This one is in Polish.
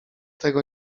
tego